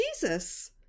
Jesus